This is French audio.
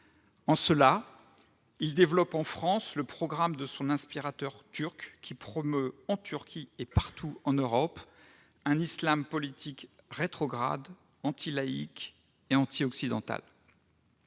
En cela, il développe en France le programme de son inspirateur turc, qui promeut, en Turquie et partout en Europe, un islam politique rétrograde, anti-laïque et anti-occidental.